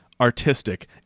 artistic